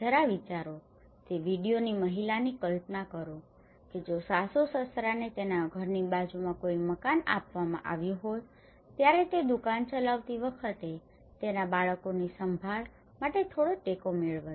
જરા વિચારો તે વિડિઓની મહિલાની કલ્પના કરો કે જો સાસુ સસરાને તેના ઘરની બાજુમાં કોઈ મકાન આપવામાં આવ્યું હોત ત્યારે તે દુકાન ચલાવતી વખતે તેના બાળકોની સંભાળ માટે થોડો ટેકો મેળવત